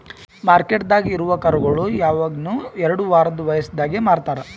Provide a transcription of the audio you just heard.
ಮಾರ್ಕೆಟ್ದಾಗ್ ಇರವು ಕರುಗೋಳು ಯವಗನು ಎರಡು ವಾರದ್ ವಯಸದಾಗೆ ಮಾರ್ತಾರ್